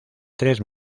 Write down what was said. tres